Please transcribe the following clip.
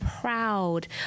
proud